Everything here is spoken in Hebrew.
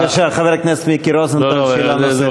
בבקשה, חבר הכנסת מיקי רוזנטל, שאלה נוספת.